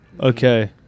Okay